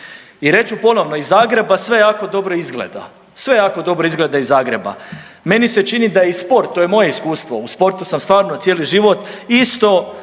i reći ponovno iz Zagreba sve jako dobro izgleda, sve jako dobro izgleda iz Zagreba. Meni se čini da je i sport, to je moje iskustvo, u sportu sam stvarno cijeli život isto